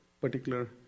particular